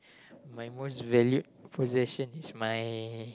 my most valued possessions my